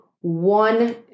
one